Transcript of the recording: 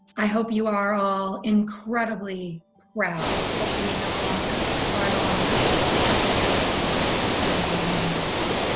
i hope you are all incredibly proud of being an alumnus or an alumna of the kelley school of business at indiana university.